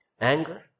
Anger